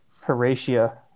Horatia